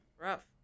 rough